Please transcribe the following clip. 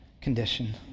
condition